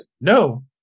no